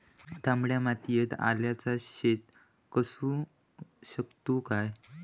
तामड्या मातयेत आल्याचा शेत करु शकतू काय?